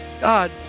God